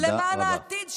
למען העתיד שלנו,